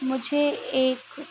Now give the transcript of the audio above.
मुझे एक